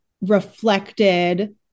reflected